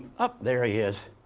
um there he is.